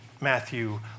Matthew